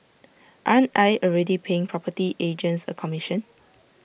aren't I already paying property agents A commission